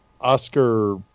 Oscar